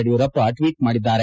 Yediyurappa tweet ಮಾಡಿದ್ದಾರೆ